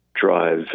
drive